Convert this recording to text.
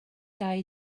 dau